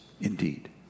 indeed